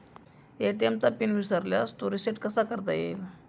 ATM चा pin विसरल्यास तो रिसेट कसा करता येईल?